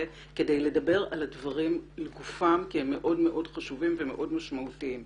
כדי לדבר על הדברים לגופם כי הם מאוד משמעותיים וחשובים.